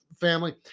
family